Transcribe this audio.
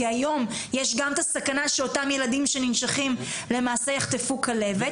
כי היום יש גם את הסכנה שאותם ילדים שננשכים למעשה יחטפו כלבת.